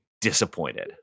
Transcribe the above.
disappointed